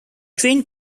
train